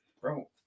Bro